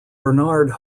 bernard